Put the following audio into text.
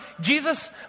Jesus